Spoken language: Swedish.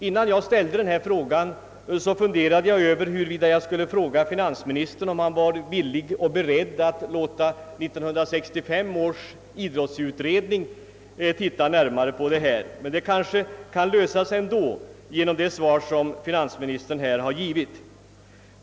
Innan jag ställde min fråga funderade jag över huruvida jag skulle fråga finansministern, om han vore beredd ait låta 1965 års idrottsutredning se närmare på saken, men efter det svar som finansministern nu lämnat kan kanske problemet lösas ändå.